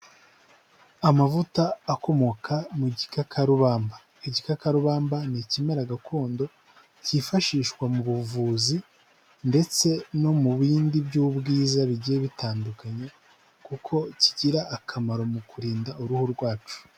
Amavuta akomoka mu gikakarubamba. Igikakarubamba ni ikimera gakondo kifashishwa mu buvuzi ndetse no mu bindi by'ubwiza bigiye bitandukanye, kuko kigira akamaro mu kurinda uruhu rwacu.